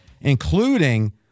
including